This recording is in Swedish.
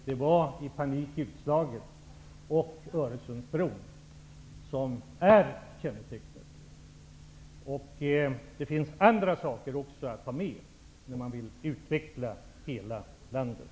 Det viktiga var valutslaget och frågan om Öresundsbron. Det finns andra saker att ta med när man vill utveckla hela landet.